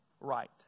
right